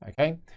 Okay